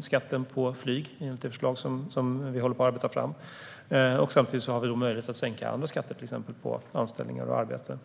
skatten på flyg enligt det förslag som vi håller på att arbeta fram. Samtidigt har vi möjlighet att sänka andra skatter, till exempel på anställningar och arbete.